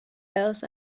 else